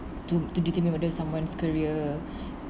to determine whether someone's career